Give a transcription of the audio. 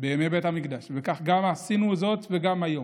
בימי בית המקדש וכך עשינו זאת וגם היום.